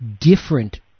different